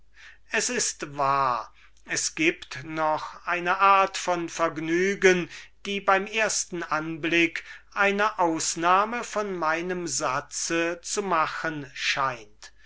es ist wahr es gibt noch eine art von vergnügen die beim ersten anblick eine ausnahme von meinem satz zu machen scheint